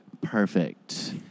perfect